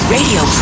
Radio